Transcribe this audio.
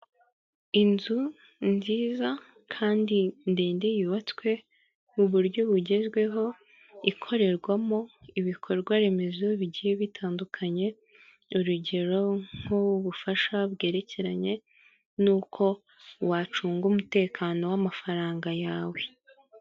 Inzu nziza kandi ndende yubatswe mu buryo bugezweho ikorerwamo ibikorwa remezo bigiye bitandukanye, urugero nk'ubufasha bwerekeranye nuko wacunga umutekano w'amafaranga yawe.